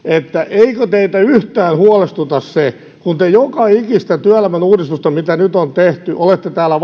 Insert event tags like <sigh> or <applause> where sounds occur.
eikö teitä yhtään huolestuta se kun te joka ikistä työelämän uudistusta mitä nyt on tehty olette täällä <unintelligible>